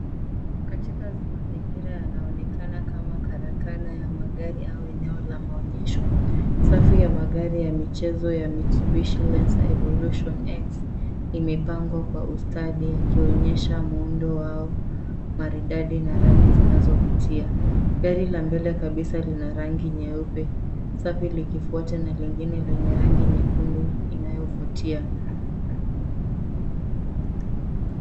Katika mazingira yanayoonekana kama karakana ya magari au eneo la maonyesho. Safu ya magari ya michezo ya mitsubishi lancer evolution X imepangwa kwa ustadi ikionyesha muundo wao maridadi na rangi zinazovutia. Gari la mbele kabisa lina rangi nyeupe safi, likifuatwa na lingine lenye rangi nyekundu inayovutia.